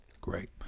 Great